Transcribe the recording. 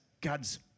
God's